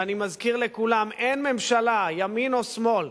ואני מזכיר לכולם, אין ממשלה, ימין או שמאל,